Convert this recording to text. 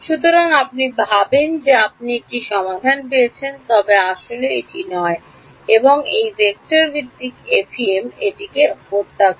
সুতরাং আপনি ভাবেন যে আপনি একটি সমাধান পেয়েছেন তবে এটি আসলে নয় এবং এই ভেক্টর ভিত্তিক এফইএম এটিকে হত্যা করে